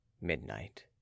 midnight